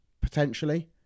potentially